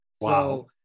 Wow